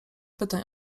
pytań